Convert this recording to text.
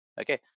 Okay